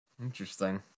Interesting